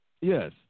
Yes